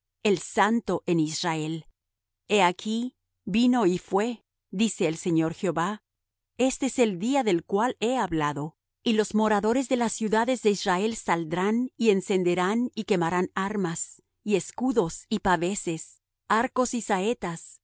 el santo en israel he aquí vino y fué dice el señor jehová este es el día del cual he hablado y los moradores de las ciudades de israel saldrán y encenderán y quemarán armas y escudos y paveses arcos y saetas